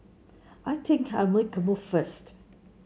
I think I'll make a move first